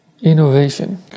innovation